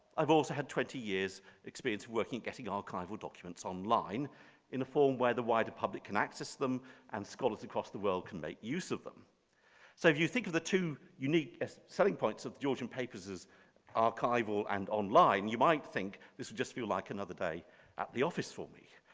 i've also had twenty years experience working getting archival documents online in the form where the wider public can access them and scholars across the world make use of them. so if you think of the two unique selling points of georgian papers as archival and online, you might think this just feel like another day at the office for me.